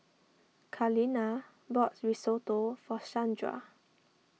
Kaleena bought Risotto for Shandra